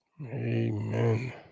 Amen